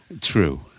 True